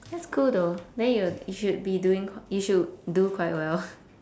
that's cool though then you you should be doing you should do quite well